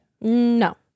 no